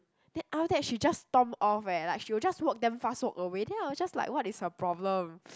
then after that she just storm off eh like she will just walk damn fast walk away then I was just like what is her problem